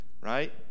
right